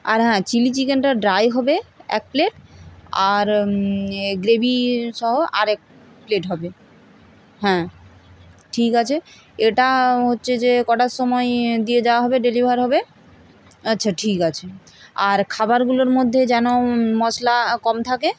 আর হ্যাঁ চিলি চিকেনটা ড্রাই হবে এক প্লেট আর গ্রেভিসহ আর এক প্লেট হবে হ্যাঁ ঠিক আছে এটা হচ্ছে যে কটার সময় দিয়ে যাওয়া হবে ডেলিভার হবে আচ্ছা ঠিক আছে আর খাবারগুলোর মধ্যে যেন মশলা কম থাকে